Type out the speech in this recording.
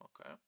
Okay